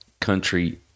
country